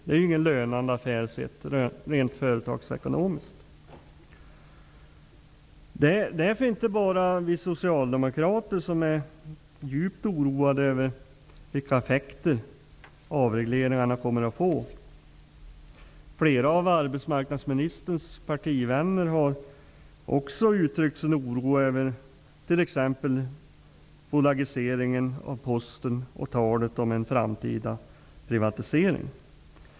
Det är ju rent företagsekonomiskt ingen lönsam affär. Det är inte bara vi socialdemokrater som är djupt oroade över vilka effekter avregleringarna kommer att få. Flera av arbetsmarknadsministerns partivänner har också uttryck sin oro över t.ex. bolagiseringen av Posten och talet om en framtida privatisering.